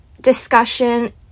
discussion